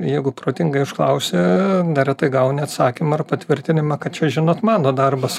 jeigu protingai užklausi neretai gauni atsakymą ar patvirtinimą kad čia žinot mano darbas